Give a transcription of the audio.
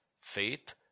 faith